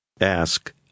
Ask